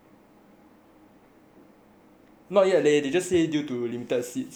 not yet they just said due to limited seats we would like to blah blah blah